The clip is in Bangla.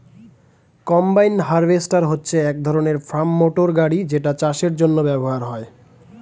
কম্বাইন হারভেস্টার হচ্ছে এক ধরণের ফার্ম মোটর গাড়ি যেটা চাষের জন্য ব্যবহার হয়